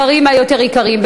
בדברים היותר-יקרים.